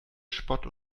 spott